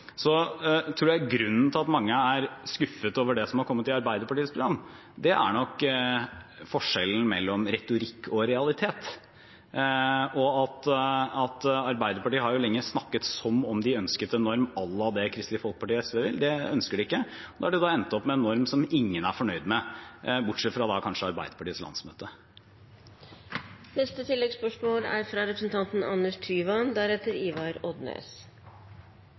tror grunnen til at mange er skuffet over det som er kommet i Arbeiderpartiets program, er forskjellen mellom retorikk og realitet. Arbeiderpartiet har lenge snakket som om de ønsket en norm à la det Kristelig Folkeparti og SV vil ha. Det ønsker de ikke. Nå har de endt opp med en norm som ingen er fornøyd med, bortsett fra kanskje Arbeiderpartiets landsmøte.